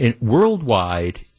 worldwide